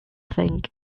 think